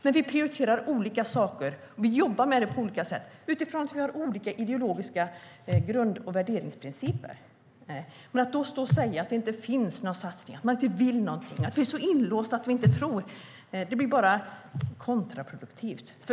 Men vi prioriterar olika saker, och vi jobbar på olika sätt, utifrån att vi har olika ideologiska grund och värderingsprinciper. Att då stå och säga att det inte finns någon satsning, att vi inte vill någonting och att vi är inlåsta blir bara kontraproduktivt.